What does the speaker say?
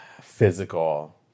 physical